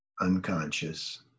Unconscious